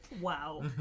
Wow